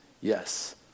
Yes